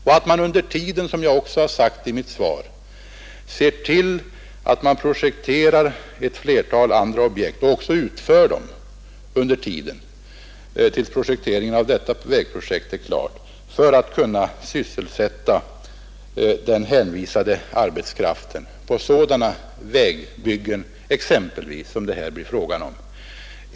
Dessutom skall man, som jag också sagt i mitt svar, projektera ett flertal andra objekt och även utföra dem under den tid som åtgår fram till dess att detta vägbygge är klart. Detta gör man för att kunna hålla den hänvisade arbetskraften sysselsatt med vägbyggnadsarbeten av det slag som det här blir fråga om.